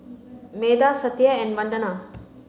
Medha Satya and Vandana